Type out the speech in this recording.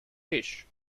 fish